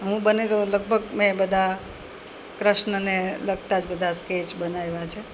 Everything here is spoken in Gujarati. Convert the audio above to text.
હું બને તો લગભગ મેં બધાં કૃષ્ણને લગતા જ બધા સ્કેચ બનાવ્યા છે